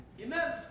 Amen